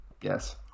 Yes